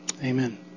Amen